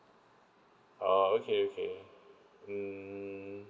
oh okay okay um